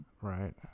right